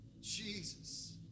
Jesus